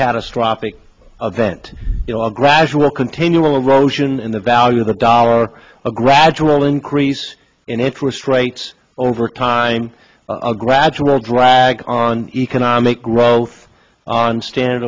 catastrophic event you know a gradual continual roshon in the value of the dollar a gradual increase in interest rates over time a gradual drag on economic growth on standard